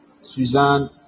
Suzanne